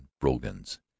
brogans